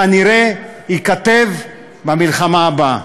כנראה ייכתב במלחמה הבאה.